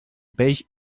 peix